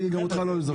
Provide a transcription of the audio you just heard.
חדרים